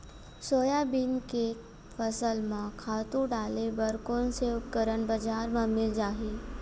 Soybean के फसल म खातु डाले बर कोन से उपकरण बजार म मिल जाहि?